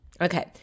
Okay